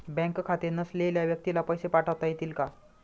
Bank खाते नसलेल्या व्यक्तीला पैसे पाठवता येतील का?